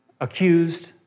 accused